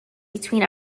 between